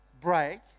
break